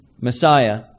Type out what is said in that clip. Messiah